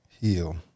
Heal